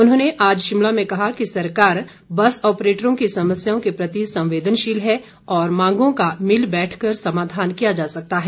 उन्होंने आज शिमला में कहा कि सरकार बस ऑपरेटरों की समस्याओं के प्रति संवेदनशील है और मांगों का मिल बैठकर समाधान किया जा सकता है